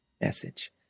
message